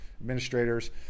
administrators